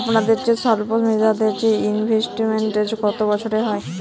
আপনাদের স্বল্পমেয়াদে ইনভেস্টমেন্ট কতো বছরের হয়?